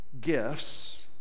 gifts